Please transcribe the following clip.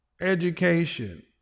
education